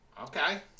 Okay